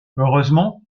heureusement